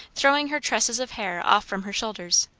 throwing her tresses of hair off from her shoulders.